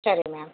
சரி மேம்